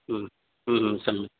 सम्यक्